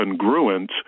congruence